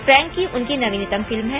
Frankie उनकी नवीनतम फिल्म है